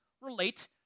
relate